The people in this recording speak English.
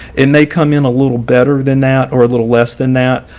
and they come in a little better than that, or a little less than that,